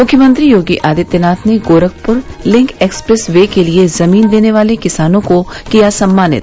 मुख्यमंत्री योगी आदित्यनाथ ने Gorakhpur link expressway के लिए जमीन देने वाले किसानों को किया सम्मानित